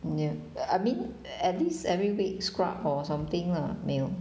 ya I mean at least every week scrub or something lah 没有